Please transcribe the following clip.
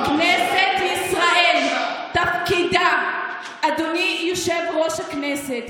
כנסת ישראל, תפקידה, אדוני יושב-ראש הכנסת,